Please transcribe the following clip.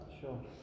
Sure